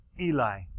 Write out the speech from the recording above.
Eli